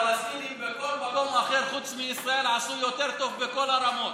הפלסטינים בכל מקום אחר מחוץ לישראל עשו יותר טוב בכל הרמות.